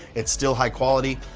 it's still high quality,